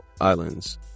islands